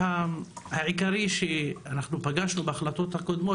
העיקרי שאנחנו פגשנו בהחלטות הקודמות,